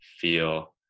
feel